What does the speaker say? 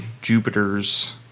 Jupiter's